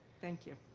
thank you.